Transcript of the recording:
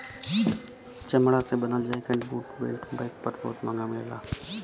चमड़ा से बनल jacket, boot, belt, bag, purse बहुत महंग मिलला